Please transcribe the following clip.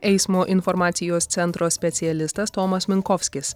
eismo informacijos centro specialistas tomas minkovskis